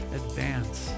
advance